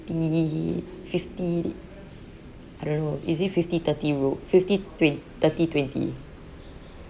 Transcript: fifty fifty I don't know is it fifty thirty rule fifty twe~ thirty twenty